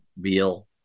real